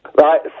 Right